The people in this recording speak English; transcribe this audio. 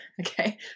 Okay